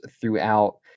throughout